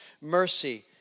mercy